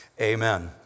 Amen